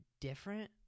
different